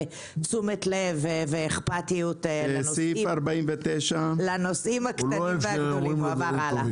תשומת לב ואכפתיות לנושאים הגדולים והקטנים.